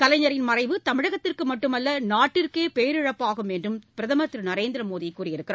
கலைஞரின் மறைவு தமிழகத்துக்கு மட்டுமல்ல நாட்டிற்கே பேரிழப்பாகும் என்று பிரதம் திரு நரேந்திரமோடி கூறியுள்ளார்